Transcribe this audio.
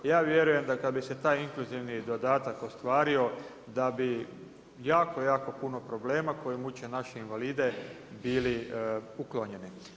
Ja vjerujem da kad bi se taj inkluzivni dodatak ostvario da bi jako, jako puno problema koji muče naše invalide, bili uklonjeni.